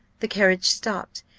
the carriage stopped,